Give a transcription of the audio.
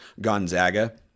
Gonzaga